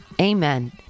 amen